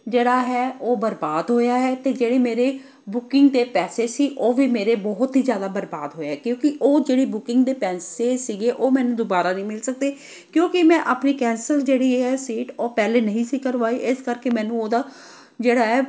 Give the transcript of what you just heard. ਜਿਹੜਾ ਹੈ ਉਹ ਬਰਬਾਦ ਹੋਇਆ ਹੈ ਅਤੇ ਜਿਹੜੇ ਮੇਰੇ ਬੁਕਿੰਗ ਦੇ ਪੈਸੇ ਸੀ ਉਹ ਵੀ ਮੇਰੇ ਬਹੁਤ ਹੀ ਜ਼ਿਆਦਾ ਬਰਬਾਦ ਹੋਏ ਕਿਉਂਕਿ ਉਹ ਜਿਹੜੀ ਬੁਕਿੰਗ ਦੇ ਪੈਸੇ ਸੀਗੇ ਉਹ ਮੈਨੂੰ ਦੁਬਾਰਾ ਨਹੀਂ ਮਿਲ ਸਕਦੇ ਕਿਉਂਕਿ ਮੈਂ ਆਪਣੀ ਕੈਂਸਲ ਜਿਹੜੀ ਹੈ ਸੀਟ ਉਹ ਪਹਿਲੇ ਨਹੀਂ ਸੀ ਕਰਵਾਈ ਇਸ ਕਰਕੇ ਮੈਨੂੰ ਉਹਦਾ ਜਿਹੜਾ ਹੈ